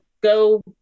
go